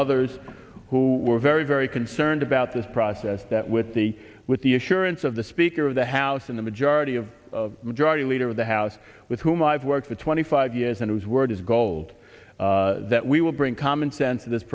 others who were very very concerned about this process that with the with the assurance of the speaker of the house in the majority of the majority leader of the house with whom i've worked for twenty five years and whose word is gold that we will bring common sense in this